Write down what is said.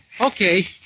Okay